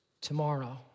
tomorrow